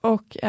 Och